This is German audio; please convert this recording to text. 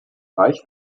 reich